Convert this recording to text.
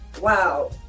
wow